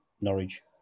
Norwich